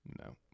No